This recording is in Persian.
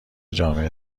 جامعه